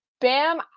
Bam